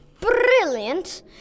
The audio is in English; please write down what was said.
brilliant